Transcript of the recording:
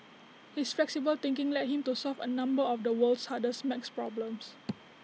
his flexible thinking led him to solve A number of the world's hardest maths problems